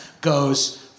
goes